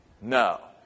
No